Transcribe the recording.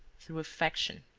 through affection.